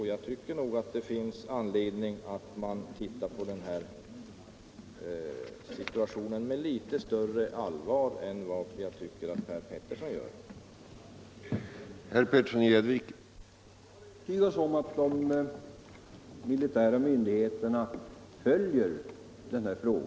Jag tycker nogatt det finns anledningatt titta på denna situation med li'et större allvar än jag tycker att herr Petersson i Gäddvik gör.